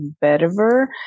better